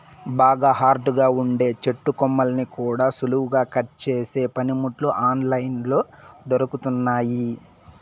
బాగా హార్డ్ గా ఉండే చెట్టు కొమ్మల్ని కూడా సులువుగా కట్ చేసే పనిముట్లు ఆన్ లైన్ లో దొరుకుతున్నయ్యి